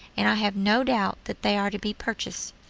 and i have no doubt that they are to be purchased.